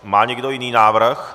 Má někdo jiný návrh?